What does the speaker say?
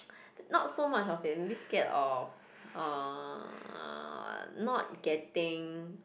not so much of failure maybe scared of uh not getting